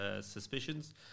suspicions